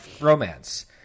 Romance